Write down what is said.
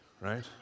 right